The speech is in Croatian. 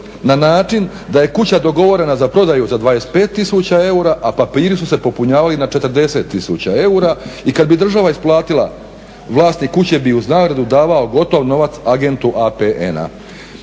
na način da je kuća dogovorena za prodaju za 25 tisuća eura, a papiri su se popunjavali na 40 tisuća eura i kada bi država isplatila vlasnik kuće bi uz nagradu davao gotov novac agentu APN-a.